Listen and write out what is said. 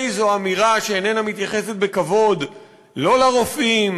איזו אמירה שאיננה מתייחסת בכבוד לא לרופאים,